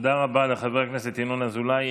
תודה רבה לחבר הכנסת ינון אזולאי.